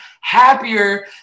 happier